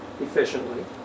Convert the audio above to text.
efficiently